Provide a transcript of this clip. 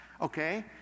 okay